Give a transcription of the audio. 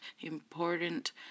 important